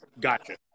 Gotcha